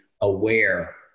aware